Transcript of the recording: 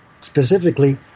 specifically